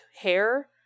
hair